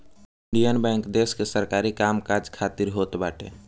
Indian Bank देस के सरकारी काम काज खातिर होत बाटे